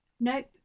Nope